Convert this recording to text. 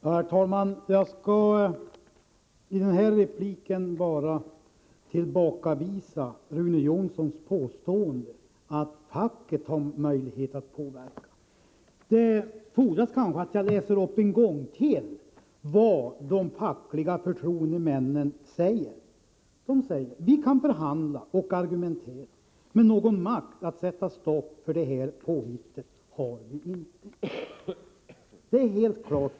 Herr talman! Jag skall i denna replik bara tillbakavisa Rune Jonssons påstående att facket har möjlighet att påverka. Jag kanske ännu en gång skall läsa upp vad de fackliga förtroendemännen säger. ”Vi kan förhandla och argumentera, men någon makt att sätta stopp för det här påhittet har vi inte.” Detta är helt klart.